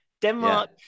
Denmark